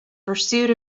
pursuit